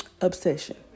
obsession